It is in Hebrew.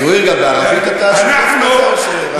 זוהיר, גם בערבית אתה שוטף כזה או שרק בעברית?